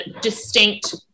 distinct